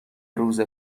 روز